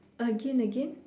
again again